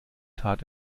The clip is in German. tat